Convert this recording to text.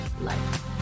life